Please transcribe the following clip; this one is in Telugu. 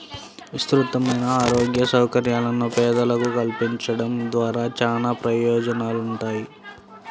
విస్తృతమైన ఆరోగ్య సౌకర్యాలను పేదలకు కల్పించడం ద్వారా చానా ప్రయోజనాలుంటాయి